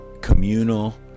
communal